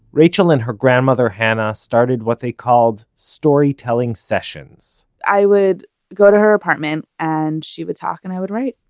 rachael and her grandmother hana started what they called storytelling sessions. i would go to her apartment, and she would talk and i would write.